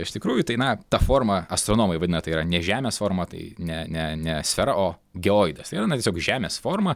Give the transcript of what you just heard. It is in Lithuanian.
iš tikrųjų tai na ta forma astronomai vadina tai yra ne žemės forma tai ne ne ne sfera o geoidas tai yra na tiesiog žemės forma